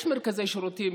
יש מרכזי שירותים,